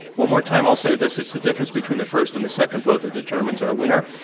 one more time i'll say this it's the difference between the first and the second vote that determines our winner.